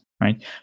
right